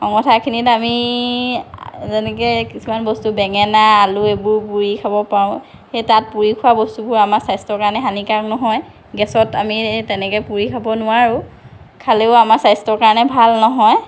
অঙঠাখিনিত আমি যেনেকে কিছুমান বস্তু বেঙেনা আলু এইবোৰ পুৰি খাব পাৰোঁ সেই তাত পুৰি খোৱা বস্তুবোৰ আমাৰ স্বাস্থ্যৰ কাৰণে হানিকাৰক নহয় গেছত আমি তেনেকৈ পুৰি খাব নোৱাৰোঁ খালেও আমাৰ স্বাস্থ্যৰ কাৰণে ভাল নহয়